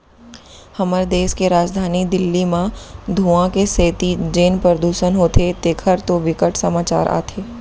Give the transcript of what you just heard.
हमर देस के राजधानी दिल्ली म धुंआ के सेती जेन परदूसन होथे तेखर तो बिकट समाचार आथे